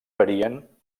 varien